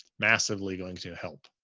massively going to help.